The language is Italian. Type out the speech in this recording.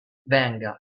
venga